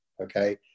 okay